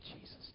Jesus